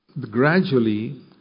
gradually